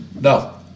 No